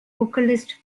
vocalist